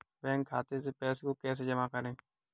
Bank खाते से पैसे को कैसे जमा करें?